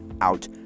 out